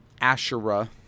Asherah